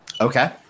okay